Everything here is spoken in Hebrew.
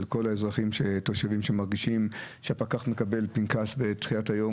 של כל התושבים שמרגישים שהפקח מקבל פנקס בתחילת היום,